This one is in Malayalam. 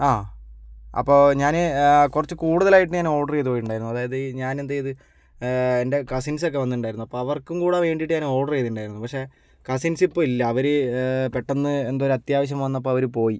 ആ അപ്പോൾ ഞാൻ കുറച്ച് കൂടുതലായിട്ട് ഞാൻ ഓർഡർ ചെയ്തു പോയിട്ടുണ്ടായിരുന്നു അതായത് ഞാൻ എന്ത് ചെയ്തു എൻ്റെ കസിൻസൊക്കെ വന്നിട്ടുണ്ടായിരുന്നു അപ്പം അവർക്കും കൂടി വേണ്ടിയിട്ട് ഓർഡർ ചെയ്തിട്ടുണ്ടായിരുന്നു പക്ഷെ കസിൻസ് ഇപ്പം ഇല്ല അവർ പെട്ടെന്ന് എന്തോ ഒരു അത്യാവശ്യം വന്നപ്പോൾ അവർ പോയി